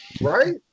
Right